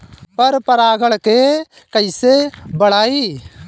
पर परा गण के कईसे बढ़ाई?